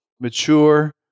mature